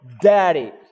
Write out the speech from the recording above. Daddy